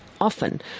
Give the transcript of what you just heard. often